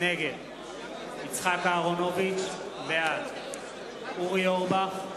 נגד יצחק אהרונוביץ, בעד אורי אורבך,